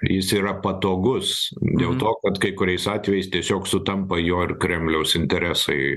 jis yra patogus dėl to kad kai kuriais atvejais tiesiog sutampa jo ir kremliaus interesai